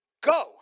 Go